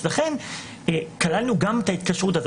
לכן, כללנו גם את ההתקשרות.